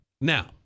Now